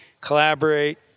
collaborate